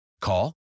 Call